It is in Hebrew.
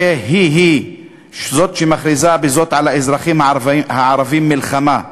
הרי היא-היא זאת שמכריזה בזאת על האזרחים הערבים מלחמה,